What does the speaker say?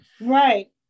right